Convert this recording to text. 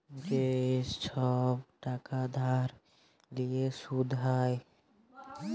যে ছব টাকা ধার লিঁয়ে সুদ হ্যয়